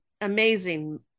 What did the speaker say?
amazing